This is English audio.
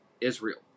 Israel